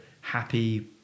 happy